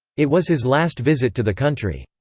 it was his last visit to the country.